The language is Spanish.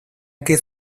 que